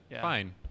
fine